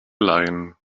leihen